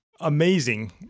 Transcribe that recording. Amazing